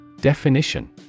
Definition